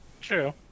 True